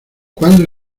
cuándo